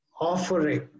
offering